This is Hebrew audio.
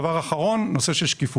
דבר אחרון, נושא של שקיפות.